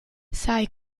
sai